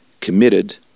committed